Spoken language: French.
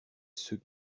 ceux